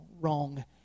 wrong